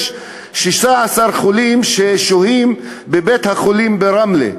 יש 16 חולים ששוהים בבית-החולים ברמלה,